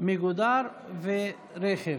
מוגדר ורכב),